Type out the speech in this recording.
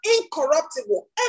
incorruptible